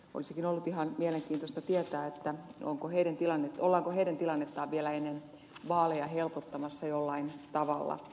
olisikin ollut ihan mielenkiintoista tietää ollaanko heidän tilannettaan vielä ennen vaaleja helpottamassa jollain tavalla